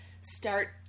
start